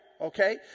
okay